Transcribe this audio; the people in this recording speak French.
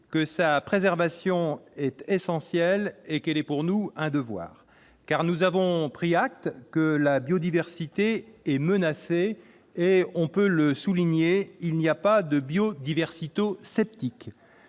que sa préservation est essentielle, qu'elle est pour nous un devoir. En effet, nous avons pris acte que la biodiversité était menacée. On peut le souligner, il n'y a pas de « biodiversito-sceptiques